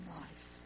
life